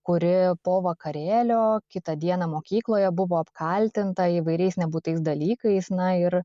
kuri po vakarėlio kitą dieną mokykloje buvo apkaltinta įvairiais nebūtais dalykais na ir